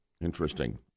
Interesting